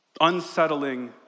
unsettling